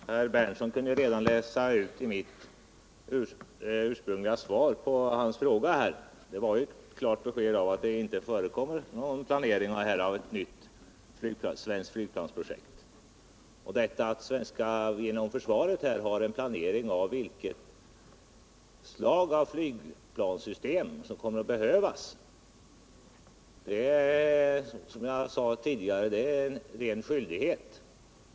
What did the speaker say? Herr talman! Herr Berndtson kunde redan av mitt ursprungliga svar på hans fråga utläsa att det inte förekommer någon plancring av ett nytt svenskt flygplan. Att inom försvaret ha en planering angående vilxet slags flygplanssystem som kommer att behövas är, som jag sade tidigare, en klar skyldighet.